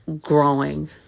growing